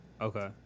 Okay